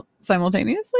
simultaneously